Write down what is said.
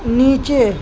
نیچے